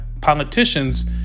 politicians